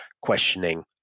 questioning